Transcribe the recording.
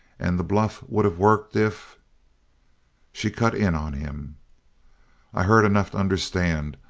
and the bluff would of worked if she cut in on him i heard enough to understand.